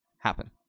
happen